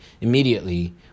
Immediately